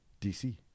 dc